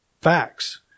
facts